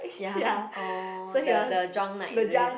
ya oh the the drunk night is it